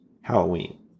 Halloween